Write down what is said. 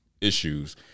issues